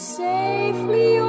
safely